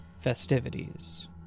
festivities